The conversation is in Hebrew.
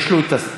יש לו הזכות